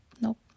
nope